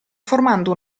formando